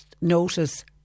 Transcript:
notice